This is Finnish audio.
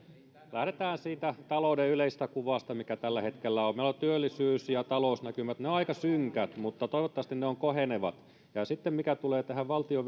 lähdetään siitä talouden yleisestä kuvasta mikä tällä hetkellä on meillä ovat työllisyys ja talousnäkymät aika synkät mutta toivottavasti ne ovat kohenevat ja sitten mitä tulee tähän valtion